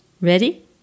Ready